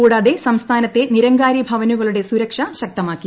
കൂടാതെ സംസ്ഥാനത്തെ നിരങ്കാരി ഭവനുകളുടെ ്സുരക്ഷ ശക്തമാക്കി